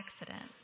accident